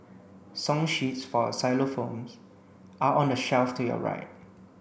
song sheets for xylophones are on the shelf to your right